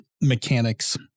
mechanics